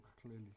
clearly